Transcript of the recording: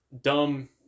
dumb